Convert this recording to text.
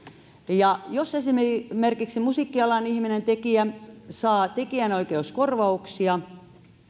jos esimerkiksi esimerkiksi musiikkialan ihminen tekijä saa tekijänoikeuskorvauksia